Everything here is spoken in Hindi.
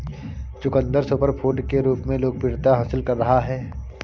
चुकंदर सुपरफूड के रूप में लोकप्रियता हासिल कर रहा है